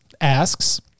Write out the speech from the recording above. asks